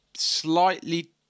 slightly